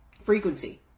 frequency